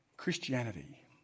Christianity